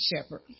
shepherd